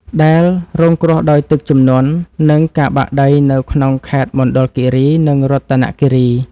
ដែលរងគ្រោះដោយទឹកជំនន់ និងការបាក់ដីនៅក្នុងខេត្តមណ្ឌលគិរី និងរតនគិរី។